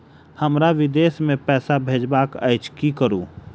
हमरा विदेश मे पैसा भेजबाक अछि की करू?